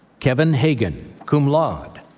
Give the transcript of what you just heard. kevin hagan, cum laude